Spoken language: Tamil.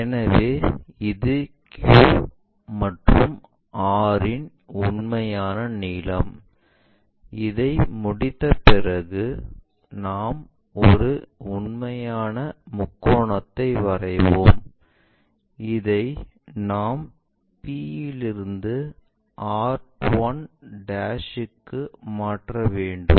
எனவே இது Q மற்றும் r இன் உண்மையான நீளம் இதை முடித்த பிறகு நாம் ஒரு உண்மையான முக்கோணத்தை வரைவோம் இதை நாம் p இலிருந்து r1 க்கு மாற்ற வேண்டும்